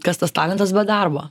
kas tas talentas be darbo